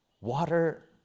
water